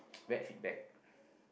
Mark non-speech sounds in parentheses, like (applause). (noise) bad feedback